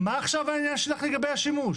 מה עכשיו העניין שלך לגבי השימוש?